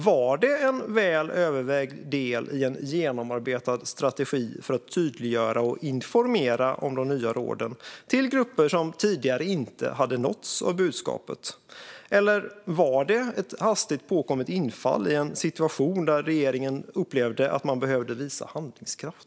Var det en väl övervägd del i en genomarbetad strategi för att tydliggöra och informera om de nya råden till grupper som tidigare inte hade nåtts av budskapet, eller var det ett hastigt påkommet infall i en situation där regeringen upplevde att man behövde visa handlingskraft?